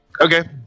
Okay